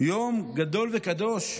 יום גדול וקדוש?